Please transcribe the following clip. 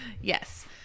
Yes